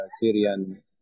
Syrian